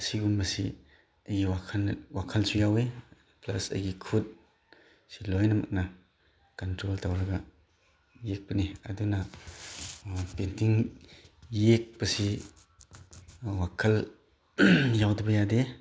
ꯑꯁꯤꯒꯨꯝꯕꯁꯤ ꯑꯩ ꯋꯥꯈꯜꯁꯨ ꯌꯥꯎꯋꯦ ꯄ꯭ꯂꯁ ꯑꯩꯒꯤ ꯈꯨꯠ ꯁꯤ ꯂꯣꯏꯅꯃꯛꯅ ꯀꯟꯇ꯭ꯔꯣꯜ ꯇꯧꯔꯒ ꯌꯦꯛꯄꯅꯤ ꯑꯗꯨꯅ ꯄꯦꯟꯇꯤꯡ ꯌꯦꯛꯄꯁꯤ ꯋꯥꯈꯜ ꯌꯥꯎꯗꯕ ꯌꯥꯗꯦ